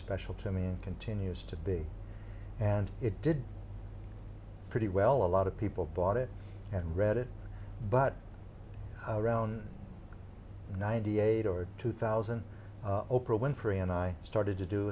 special to me and continues to be and it did pretty well a lot of people bought it and read it but around ninety eight or two thousand oprah winfrey and i started to do